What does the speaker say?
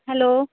hello